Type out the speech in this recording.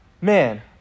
man